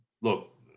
look